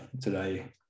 today